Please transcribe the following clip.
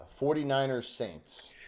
49ers-Saints